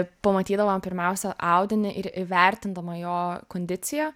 pamatydama pirmiausia audinį ir įvertindama jo kondiciją